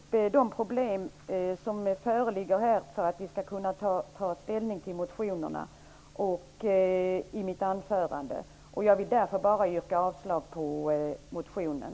Herr talman! I mitt anförande tog jag upp de problem som föreligger för att vi skall kunna ta ställning till motionerna. Därför vill jag bara yrka avslag på motionen.